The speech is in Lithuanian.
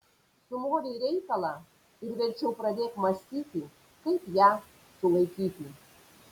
sumovei reikalą ir verčiau pradėk mąstyti kaip ją sulaikyti